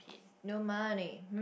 no money